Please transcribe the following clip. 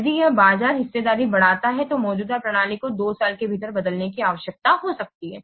यदि यह बाजार हिस्सेदारी बढ़ाता है तो मौजूदा प्रणाली को दो साल के भीतर बदलने की आवश्यकता हो सकती है